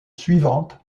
suivante